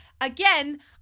again –